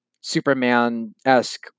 superman-esque